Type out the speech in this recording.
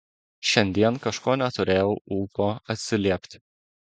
šiandien kažko neturėjau ūpo atsiliepti